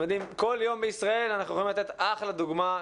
כל יום בישראל אנחנו יכולים לתת אחלה דוגמא.